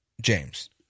James